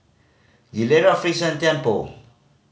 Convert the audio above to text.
Gilera Frixion and Tianpo